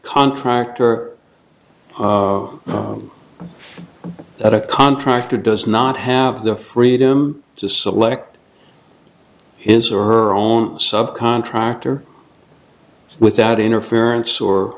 contractor that a contractor does not have the freedom to select his or her own sub contractor without interference or